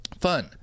Fun